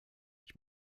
ich